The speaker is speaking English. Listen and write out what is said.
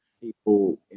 People